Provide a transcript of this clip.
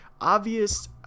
obvious